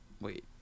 wait